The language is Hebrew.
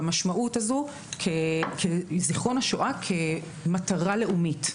במשמעות הזו של זיכרון השואה כמטרה לאומית.